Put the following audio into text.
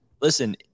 Listen